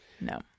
No